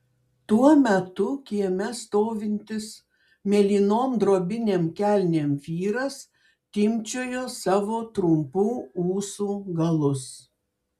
tuo metu kieme stovintis mėlynom drobinėm kelnėm vyras timpčiojo savo trumpų ūsų galus